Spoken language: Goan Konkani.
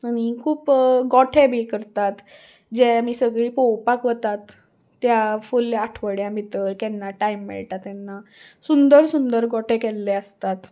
आनी खूब गोठे बी करतात जे आमी सगळीं पोवपाक वतात त्या फुल्ल आठवड्या भितर केन्ना टायम मेळटा तेन्ना सुंदर सुंदर गोठे केल्ले आसतात